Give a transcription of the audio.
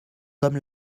comme